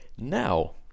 Now